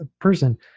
person